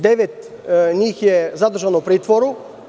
Devet njih je zadržano u pritvoru.